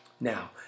Now